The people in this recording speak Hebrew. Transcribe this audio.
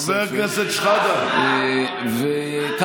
חבר הכנסת שחאדה, לא הפריעו לך בתור שלך.